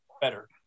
better